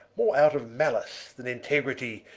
more out of malice then integrity,